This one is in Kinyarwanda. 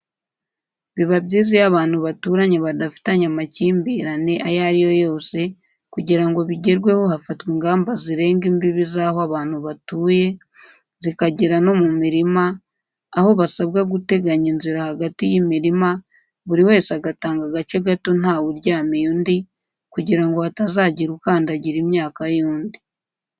Biba byiza iyo abantu baturanye badafitanye amakimbirane ayo ariyo yose kugira ngo bigerweho hafatwa ingamba zirenga imbibi z'aho abantu batuye, zikagera no mu mirima, aho basabwa guteganya inzira hagati y'imirima, buri wese agatanga agace gato nta we uryamiye undi, kugira ngo hatazagira ukandagira imyaka y'undi.